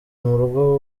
murugo